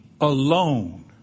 alone